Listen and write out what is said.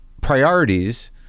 priorities